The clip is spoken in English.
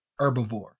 herbivore